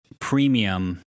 premium